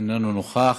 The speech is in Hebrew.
איננו נוכח.